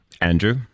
Andrew